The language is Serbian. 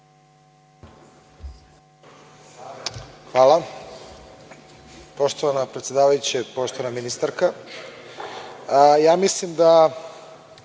Hvala.